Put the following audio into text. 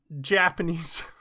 Japanese